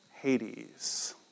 Hades